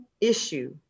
issue